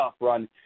run